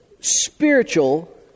spiritual